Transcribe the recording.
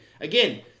again